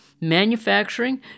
manufacturing